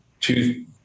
two